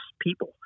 people